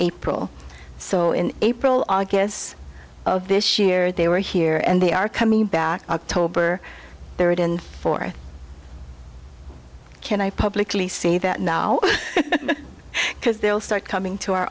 april so in april i guess of this year they were here and they are coming back october third and fourth can i publicly say that now because they'll start coming to our